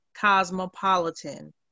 Cosmopolitan